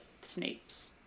Snape's